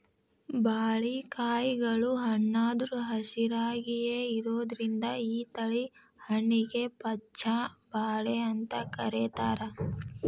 ಬಾಳಿಕಾಯಿಗಳು ಹಣ್ಣಾದ್ರು ಹಸಿರಾಯಾಗಿಯೇ ಇರೋದ್ರಿಂದ ಈ ತಳಿ ಹಣ್ಣಿಗೆ ಪಚ್ಛ ಬಾಳೆ ಅಂತ ಕರೇತಾರ